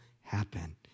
happen